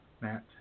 Matt